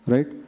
Right